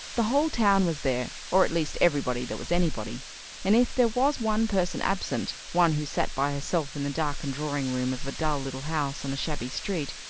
the whole town was there, or at least everybody that was anybody and if there was one person absent, one who sat by herself in the darkened drawing-room of a dull little house on a shabby street,